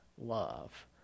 love